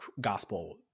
gospel